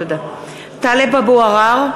(קוראת בשמות חברי הכנסת) טלב אבו עראר,